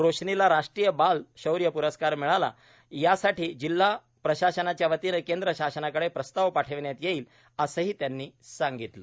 रोशनीला राष्ट्रीय बाल शौर्य प्रस्कार मिळावा यासाठी जिल्हा प्रशासनाच्यावतीने केंद्र शासनाकडे प्रस्ताव पाठविण्यात येईल असेही त्यांनी सांगितले